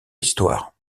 histoire